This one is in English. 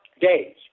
days